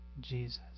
Jesus